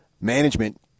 management